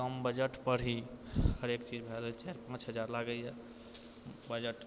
कम बजटपर ही हरेक चीज भए रहल छै पाँच हजार लागैय बजटमे